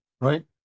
right